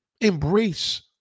embrace